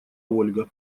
ольга